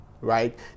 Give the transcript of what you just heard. right